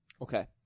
Okay